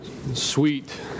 Sweet